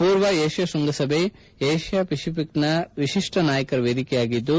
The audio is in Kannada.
ಪೂರ್ವ ಏಷ್ಯಾ ಶೃಂಗಸಭೆ ಏಷ್ಯಾ ಫೆಸಿಪಿಕ್ನ ವಿಶಿಷ್ಠ ನಾಯಕರ ವೇದಿಕೆಯಾಗಿದ್ದು